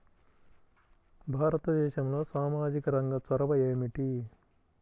భారతదేశంలో సామాజిక రంగ చొరవ ఏమిటి?